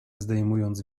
zdejmując